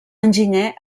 enginyer